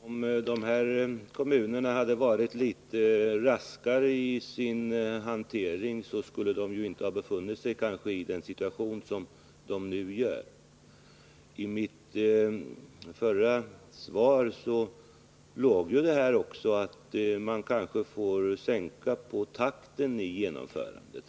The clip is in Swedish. Herr talman! Om de här kommunerna hade varit litet raskare i sin hantering hade de kanske inte befunnit sig i den här situationen. I mitt svar låg också att man kanske får slå av på takten i genomförandet.